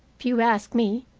if you ask me,